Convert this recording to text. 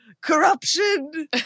corruption